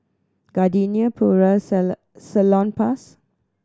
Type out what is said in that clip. Gardenia Puras and Salonpas